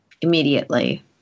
immediately